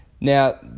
Now